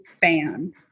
fan